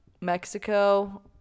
Mexico